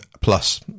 plus